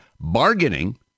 bargaining